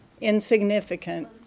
Insignificant